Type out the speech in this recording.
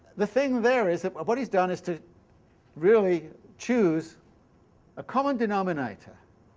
the thing there is that of what he's done is to really choose a common denominator,